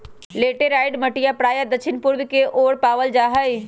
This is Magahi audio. लैटेराइट मटिया प्रायः दक्षिण पूर्व के ओर पावल जाहई